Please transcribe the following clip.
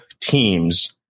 teams